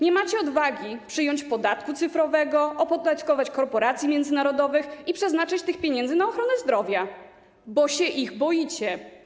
Nie macie odwagi przyjąć podatku cyfrowego, opodatkować korporacji międzynarodowych i przeznaczyć tych pieniędzy na ochronę zdrowia, bo się ich boicie.